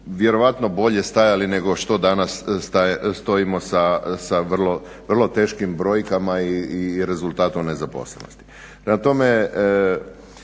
vjerojatno bolje stajali nego što danas stojimo sa vrlo teškim brojkama i rezultatom nezaposlenosti.